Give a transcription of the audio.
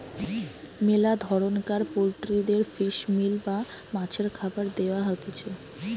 মেলা ধরণকার পোল্ট্রিদের ফিশ মিল বা মাছের খাবার দেয়া হতিছে